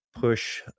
push